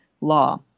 law